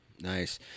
Nice